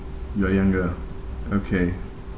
you're younger okay